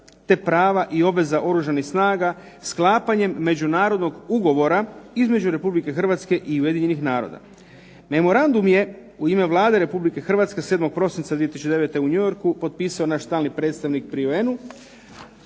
te prava i obveza Oružanih snaga sklapanjem Međunarodnog ugovora između Republike Hrvatske i Ujedinjenih naroda. Memorandum je u ime Vlade Republike Hrvatske 7. prosinca 2009. u New Yorku potpisao naš stalni predstavnik pri UN-u,